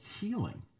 healing